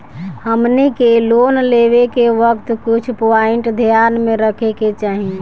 हमनी के लोन लेवे के वक्त कुछ प्वाइंट ध्यान में रखे के चाही